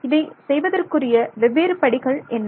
இதை செய்வதற்குரிய வெவ்வேறு படிகள் என்ன